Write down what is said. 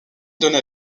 donnée